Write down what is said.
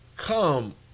Come